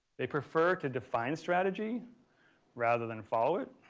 they prefer to define strategy rather than follow it.